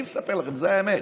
אני מספר לכם, זו האמת.